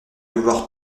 vouloir